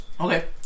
Okay